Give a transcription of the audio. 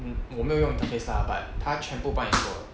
mm 我没有用 interface lah but 他全部帮你做了